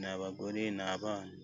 ni abagore, ni abana.